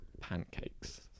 pancakes